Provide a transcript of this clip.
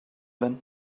then